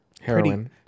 Heroin